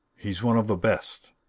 he's one of the best!